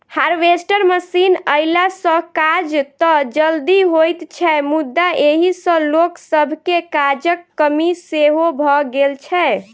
harvester machine अयला सॅ काज त जल्दी होइत छै मुदा एहि सॅ लोक सभके काजक कमी सेहो भ गेल छै